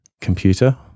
computer